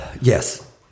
Yes